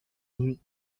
nuit